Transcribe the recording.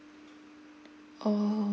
oh